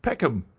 peckham.